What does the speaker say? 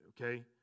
Okay